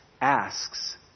asks